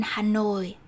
Hanoi